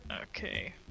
Okay